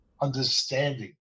understanding